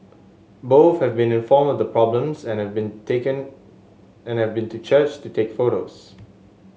both have been informed of the problems and have been taken and have been to church to take photos